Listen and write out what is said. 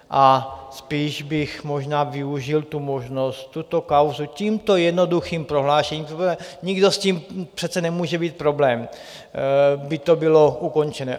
A spíš bych možná využil tu možnost tuto kauzu... tímto jednoduchým prohlášením, protože nikdo s tím přece nemůže mít problém, by to bylo ukončené.